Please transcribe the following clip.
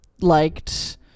liked